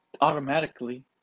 automatically